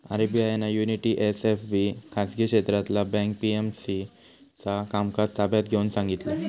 RBI ना unity SFB खाजगी क्षेत्रातला बँक पी.एम.सी चा कामकाज ताब्यात घेऊन सांगितला